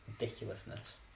ridiculousness